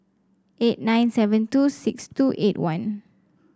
eight nine seven two six two eight one